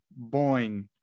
Boing